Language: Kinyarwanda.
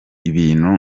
ibintu